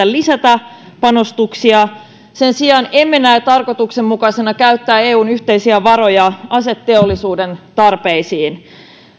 lisätä panostuksia sen sijaan emme näe tarkoituksenmukaisena käyttää eun yhteisiä varoja aseteollisuuden tarpeisiin